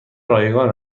رایگان